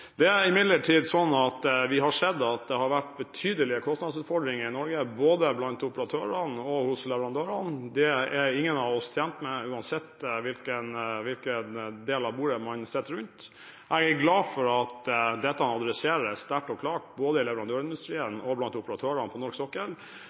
Vi har imidlertid sett at det har vært betydelige kostnadsutfordringer i Norge, både blant operatørene og hos leverandørene. Det er ingen av oss tjent med, uansett hvilken del av bordet man sitter rundt. Jeg er glad for at dette tas opp sterkt og klart, både i leverandørindustrien